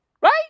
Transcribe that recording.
Right